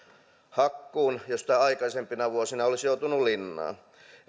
hakkuun mistä aikaisempina vuosina olisi joutunut linnaan